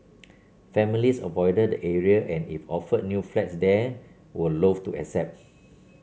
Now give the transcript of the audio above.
families avoided the area and if offered new flats there were loathe to accept